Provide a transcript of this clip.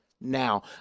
Now